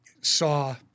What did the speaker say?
saw